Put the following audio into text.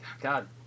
God